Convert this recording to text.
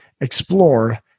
Explore